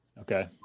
Okay